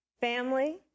Family